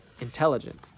intelligent